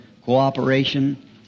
cooperation